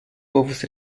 povus